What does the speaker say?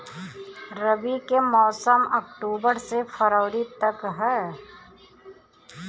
रबी के मौसम अक्टूबर से फ़रवरी तक ह